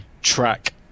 track